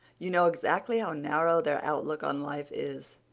you know exactly how narrow their outlook on life is,